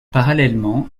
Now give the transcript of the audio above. parallèlement